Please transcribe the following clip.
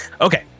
Okay